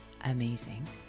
amazing